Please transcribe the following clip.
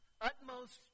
utmost